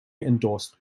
endorsed